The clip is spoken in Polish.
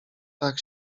tak